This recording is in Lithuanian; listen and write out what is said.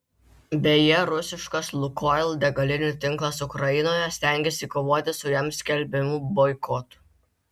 beje rusiškas lukoil degalinių tinklas ukrainoje stengiasi kovoti su jam skelbiamu boikotu